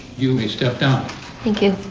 you may step down thank you